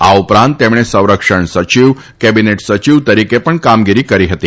આ ઉપરાંત તેમણે સંરક્ષણ સચિવ કેબિનેટ સચિવ તરીકે પણ કામગીરી કરી હતી